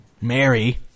Mary